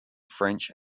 french